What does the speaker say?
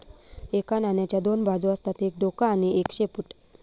एका नाण्याच्या दोन बाजू असतात एक डोक आणि एक शेपूट